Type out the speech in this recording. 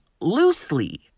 loosely